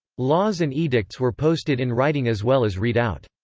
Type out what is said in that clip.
laws and edicts were posted in writing as well as read out.